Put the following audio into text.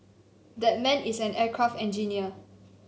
that man is an aircraft engineer